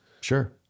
Sure